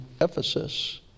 Ephesus